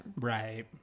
Right